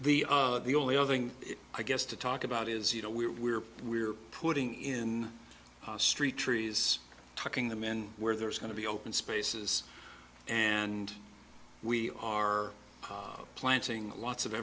the only other thing i guess to talk about is you know we're we're we're putting in street trees tucking them in where there's going to be open spaces and we are planting lots of